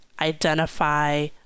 identify